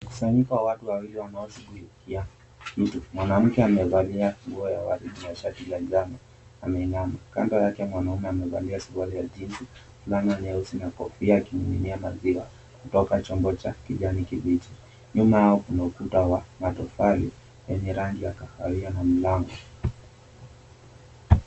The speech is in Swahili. Mkusanyiko wa watu wawili wanaoshughulikia mtu. Mwanamke amevalia nguo ya waridi na shati ya manjano kando yake mwanaume amevalia suruali ya jins fulana nyeusi na kofia akimiminia maziwa kutoka chombo cha kijani kibichi. Nyuma yao kuna wa matofali yenye rangi ya kahawia na mlango.